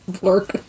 Work